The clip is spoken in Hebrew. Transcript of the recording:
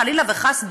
חלילה וחס,